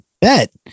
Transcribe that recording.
Bet